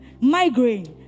migraine